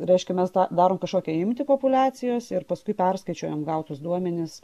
reiškia mes tą darom kažkokią imtį populiacijos ir paskui perskaičiuojam gautus duomenis